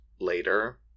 later